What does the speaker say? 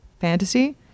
fantasy